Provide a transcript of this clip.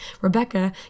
Rebecca